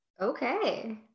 Okay